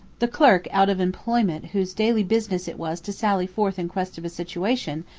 the clerk out of employment whose daily business it was to sally forth in quest of a situation,